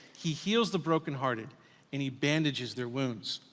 he heals the brokenhearted and he bandages their wounds.